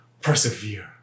persevere